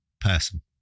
person